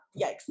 Yikes